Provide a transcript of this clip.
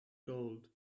gold